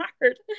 hard